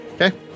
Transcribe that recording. Okay